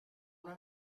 una